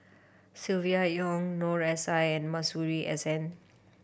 Silvia Yong Noor S I and Masuri S N